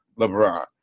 LeBron